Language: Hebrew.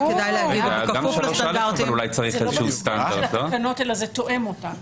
לא במסגרת התקנות אלא זה תואם אותן.